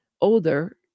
older